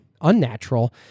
unnatural